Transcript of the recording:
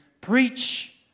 preach